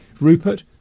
Rupert